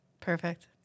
Perfect